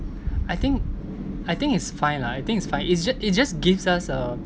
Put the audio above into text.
I think I think it's fine lah I think it's fine it just it just gives us a